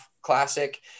classic